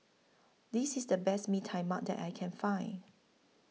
This IS The Best Mee Tai Mak that I Can Find